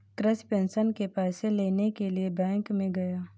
Krishna pension के पैसे लेने के लिए बैंक में गया